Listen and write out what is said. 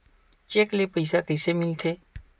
Cheque ले पईसा कइसे मिलथे?